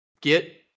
get